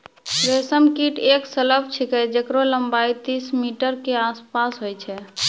रेशम कीट एक सलभ छिकै जेकरो लम्बाई तीस मीटर के आसपास होय छै